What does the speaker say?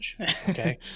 Okay